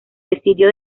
decidió